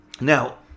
Now